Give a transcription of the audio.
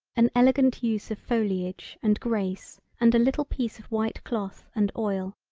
an elegant use of foliage and grace and a little piece of white cloth and oil.